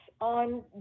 on